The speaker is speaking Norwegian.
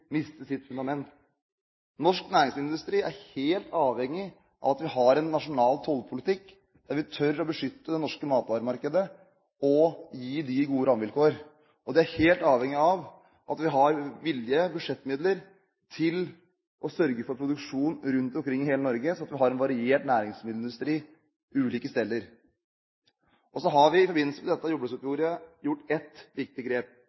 miste sitt fundament. Norsk næringsmiddelindustri er helt avhengig av at vi har en nasjonal tollpolitikk der vi tør å beskytte det norske matvaremarkedet og gi gode rammevilkår. Den er helt avhengig av at vi har vilje og budsjettmidler til å sørge for produksjon rundt omkring i hele Norge, slik at man har en variert næringsmiddelindustri på ulike steder. I forbindelse med dette jordbruksoppgjøret har vi gjort ett viktig grep.